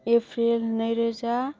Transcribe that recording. April नैरोजा